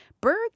Berg